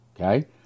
okay